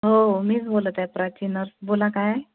हो हो मीच बोलत आहे प्राची नर्स बोला काय